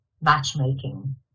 matchmaking